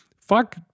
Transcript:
Fuck